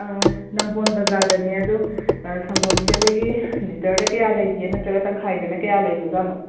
ꯑꯥ ꯅꯝꯕꯣꯜ ꯕꯖꯥꯔꯗꯅꯦ ꯑꯗꯨ ꯁꯪꯒꯣꯝꯁꯦ ꯑꯩꯈꯣꯏꯒꯤ ꯂꯤꯇꯔꯗ ꯀꯌꯥ ꯂꯩꯒꯦ ꯅꯠꯇ꯭ꯔꯒ ꯇꯪꯈꯥꯏꯗꯅ ꯀꯌꯥ ꯂꯩꯕꯖꯥꯠꯅꯣ